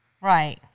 right